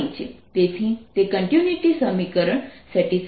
તેથી તે કન્ટિન્યૂટી સમીકરણ સેટિસ્ફાઇડ છે